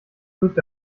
wirkt